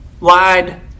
lied